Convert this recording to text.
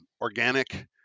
organic